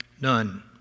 None